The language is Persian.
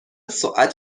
ساعت